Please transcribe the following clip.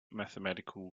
mathematical